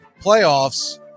playoffs